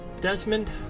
Desmond